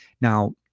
now